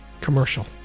Commercial